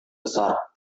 besar